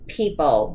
people